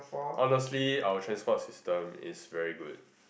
honestly our transport system is very good